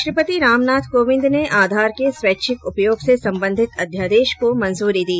राष्ट्रपति रामनाथ कोविंद ने आधार के स्वैच्छिक उपयोग से संबंधित अध्यादेश को मंजूरी दी